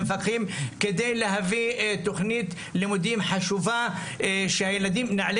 עם המפקחים כדי להביא תוכנית לימודים חשובה שנעלה